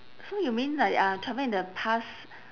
so you mean like uh travel in the past